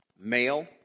male